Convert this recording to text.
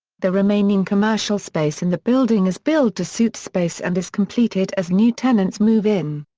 the remaining commercial space in the building is build-to-suit space and is completed as new tenants move in.